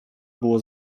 było